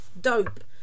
dope